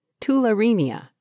Tularemia